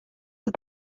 had